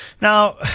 Now